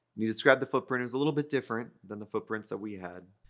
he described the footprint. it was a little bit different than the footprints that we had.